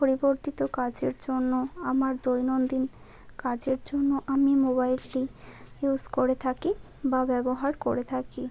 পরিবর্তিত কাজের জন্য আমার দৈনন্দিন কাজের জন্য আমি মোবাইলটি ইউজ করে থাকি বা ব্যবহার করে থাকি